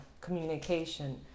communication